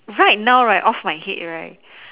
right now right off my head right